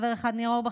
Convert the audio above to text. חבר אחד: ניר אורבך,